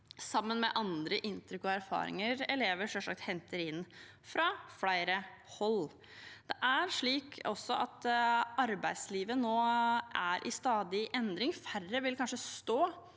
sammen med andre inntrykk og erfaringer elever henter inn fra flere hold. Det er også slik nå at arbeidslivet er i stadig endring. Færre vil kanskje stå